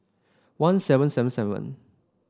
one seven seven seven